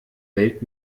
welt